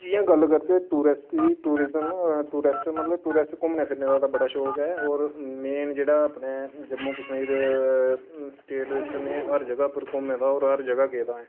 जियां गल्ल करचै टूरिस्ट दी टूरिजम टूरिस्ट मतलब टूरिस्ट घूमने फिरने दा ते बड़ा शौक ऐ होर मेन जेह्ड़ा में अपने जम्मू कश्मीर स्टेट च मैं हर जगह उप्पर घूमे दा होर हर जगह गेदा ऐं